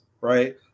right